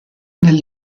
nel